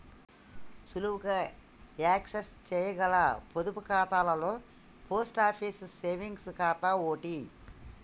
సులువుగా యాక్సెస్ చేయగల పొదుపు ఖాతాలలో పోస్ట్ ఆఫీస్ సేవింగ్స్ ఖాతా ఓటి